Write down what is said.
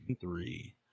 Three